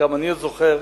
חלקם עוד אני זוכר,